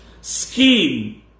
scheme